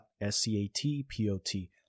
S-C-A-T-P-O-T